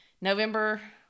November